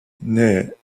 naît